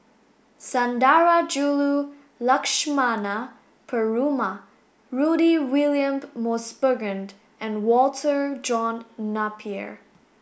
Sundarajulu Lakshmana Perumal Rudy William Mosbergen and Walter John Napier